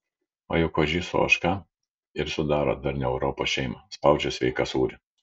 o juk ožys su ožka ir sudaro darnią europos šeimą spaudžia sveiką sūrį